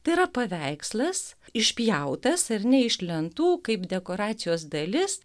tai yra paveikslas išpjautas ar ne iš lentų kaip dekoracijos dalis